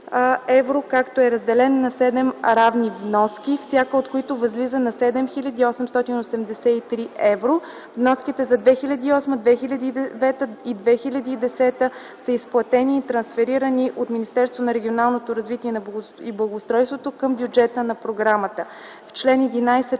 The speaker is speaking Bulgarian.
като е разделен на седем равни вноски, всяка от които възлиза на 7 883 евро. Вноските за 2008, 2009 и 2010 г. са изплатени и трансферирани от Министерството на регионалното развитие и благоустройството към бюджета на Програмата.